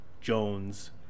Jones